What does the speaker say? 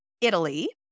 Italy